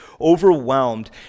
overwhelmed